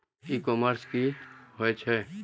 ई commerce की होए छै?